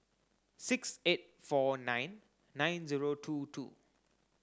six eight four nine nine zero two two